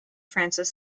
francis